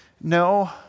No